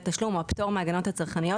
תשלום" או: "הפטור מההגנות הצרכניות".